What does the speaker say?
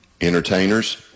Entertainers